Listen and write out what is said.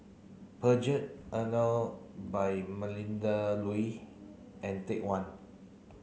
Peugeot Emel by Melinda Looi and Take One